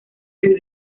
del